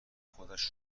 خودش